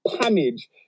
damage